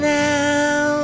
now